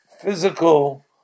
physical